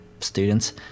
students